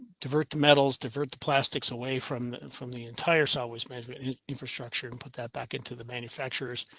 divert the metals, divert the plastics away from from the entire sideways management infrastructure, and put that back into the manufacturers.